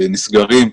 נסגרים,